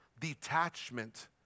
detachment